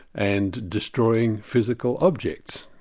and destroying physical objects.